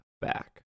back